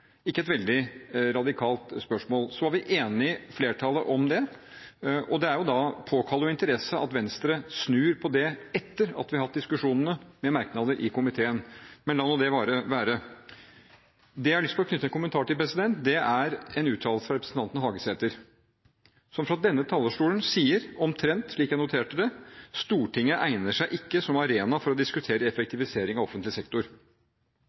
Venstre snur etter at vi har hatt diskusjonene om merknadene i komiteen. Men la nå det bare være. Det jeg har lyst til å knytte en kommentar til, er en uttalelse fra representanten Hagesæter som fra denne talerstolen sa omtrent følgende, slik jeg noterte det: Stortinget egner seg ikke som arena for å diskutere effektivisering av offentlig sektor.